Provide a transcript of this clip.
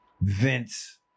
Vince